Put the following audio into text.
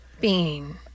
Bean